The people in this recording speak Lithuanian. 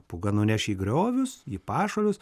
pūga nuneš į griovius į pašalius